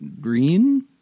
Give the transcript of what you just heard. green